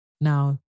now